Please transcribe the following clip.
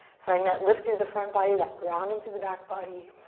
find that lift through the front body, that grounding through the back body.